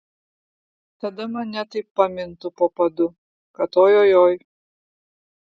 tada mane taip pamintų po padu kad ojojoi